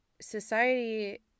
society